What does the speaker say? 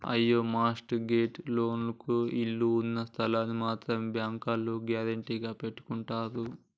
అయ్యో mortgage లోన్లకు ఇళ్ళు ఉన్నస్థలాల్ని మాత్రమే బ్యాంకోల్లు గ్యారెంటీగా పెట్టుకుంటారు